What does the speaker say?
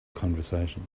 conversation